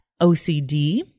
OCD